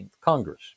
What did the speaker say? Congress